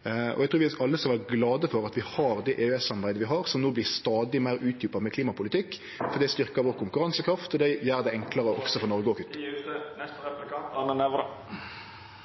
Eg trur alle skal vere glade for at vi har det EØS-samarbeidet som vi har, som no vert stadig meir utdjupa med klimapolitikk . Det styrkjer konkurransekrafta vår og gjer det enklare å … Tida er ute. Jeg skal følge opp litt av det representanten Barth Eide har spurt om, men aller først skal jeg takke for redegjørelsen, og